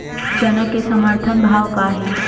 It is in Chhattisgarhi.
चना के समर्थन भाव का हे?